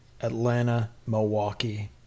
Atlanta-Milwaukee